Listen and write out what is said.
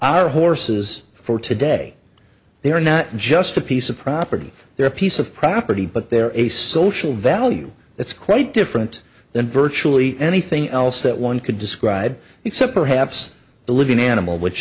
our horses for today they are not just a piece of property they're a piece of property but they're a social value that's quite different than virtually anything else that one could describe except perhaps the living animal which